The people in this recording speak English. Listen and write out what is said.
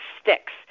sticks